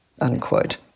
unquote